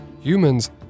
Humans